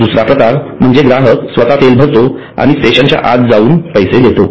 दुसरा प्रकार म्हणजे ग्राहक स्वतः तेल भरतो आणि आणि स्टेशन च्या आत जाऊन पैसे भरतो